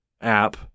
app